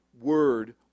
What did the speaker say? word